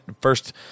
first